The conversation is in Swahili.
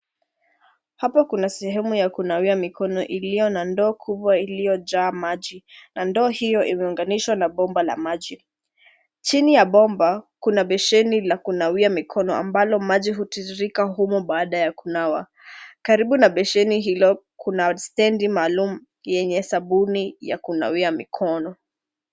Hapa kuna sehemu ya kunawia mikono iliyo na ndoo kubwa iliyojaa maji, na ndoo hiyo imeunganishwa na bomba la maji. Chini ya bomba kuna besheni la kunawia mikono ambalo maji hutiririka humo baada ya kunawa. Karibu na besheni hilo kuna stendi maalum yenye sabuni ya kunawia mikono.